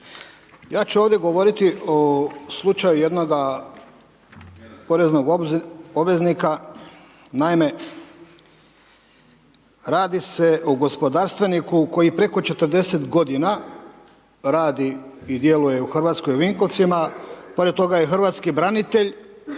ja ću ovdje govoriti o slučaju jednoga poreznog obveznika. Naime radi se o gospodarstveniku koji preko 40 godina radi i djeluje u Hrvatskoj u Vinkovcima, pored toga je i hrvatski branitelj